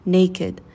naked